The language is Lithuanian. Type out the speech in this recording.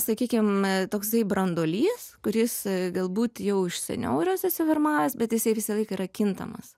sakykim toksai branduolys kuris galbūt jau iš seniau yra susiformavęs bet jisai visąlaik yra kintamas